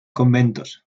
conventos